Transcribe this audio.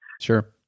Sure